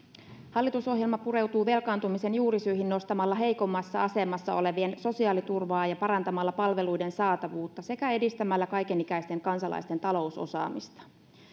hallitusohjelma pureutuu velkaantumisen juurisyihin nostamalla heikommassa asemassa olevien sosiaaliturvaa ja parantamalla palveluiden saatavuutta sekä edistämällä kaiken ikäisten kansalaisten talousosaamista